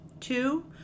Two